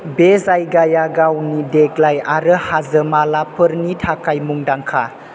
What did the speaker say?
बे जायगाया गावनि देग्लाइ आरो हाजोमालाफोरनि थाखाय मुंदांखा